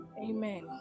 Amen